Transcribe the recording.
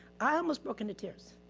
i almost broke into tears.